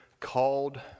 called